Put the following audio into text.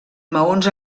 maons